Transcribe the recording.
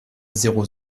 zéro